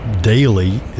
daily